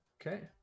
Okay